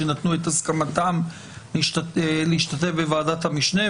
שנתנו את הסכמתם להשתתף בוועדת המשנה,